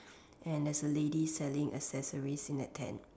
and there's a lady selling accessories in that tent